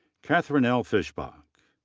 katherine l. fischbach.